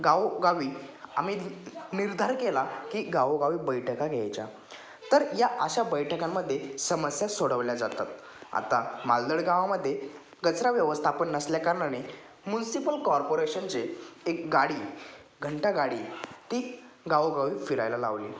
गावोगावी आम्ही निर्धार केला की गावोगावी बैठका घ्यायच्या तर या अशा बैठकांमध्ये समस्या सोडवल्या जातात आता मालदड गावामध्ये कचरा व्यवस्थापन नसल्या कारणाने मुन्सिपल कॉर्पोरेशनचे एक गाडी घंटा गाडी ती गावोगावी फिरायला लावली